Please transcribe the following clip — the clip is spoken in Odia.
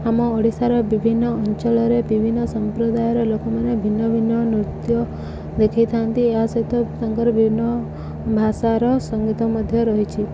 ଆମ ଓଡ଼ିଶାର ବିଭିନ୍ନ ଅଞ୍ଚଳରେ ବିଭିନ୍ନ ସମ୍ପ୍ରଦାୟର ଲୋକମାନେ ଭିନ୍ନ ଭିନ୍ନ ନୃତ୍ୟ ଦେଖେଇଥାନ୍ତି ଏହା ସହିତ ତାଙ୍କର ବିଭିନ୍ନ ଭାଷାର ସଙ୍ଗୀତ ମଧ୍ୟ ରହିଛି